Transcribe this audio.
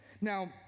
Now